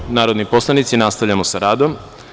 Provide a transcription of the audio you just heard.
gospodo narodni poslanici, nastavljamo sa radom.